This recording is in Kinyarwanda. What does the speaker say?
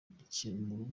ikintu